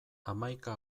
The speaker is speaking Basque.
hamaika